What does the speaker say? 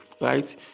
Right